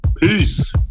Peace